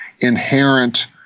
inherent